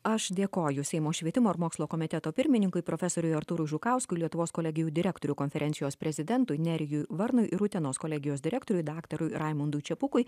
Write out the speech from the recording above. aš dėkoju seimo švietimo ir mokslo komiteto pirmininkui profesoriui artūrui žukauskui lietuvos kolegijų direktorių konferencijos prezidentui nerijui varnui ir utenos kolegijos direktoriui daktarui raimundui čepukui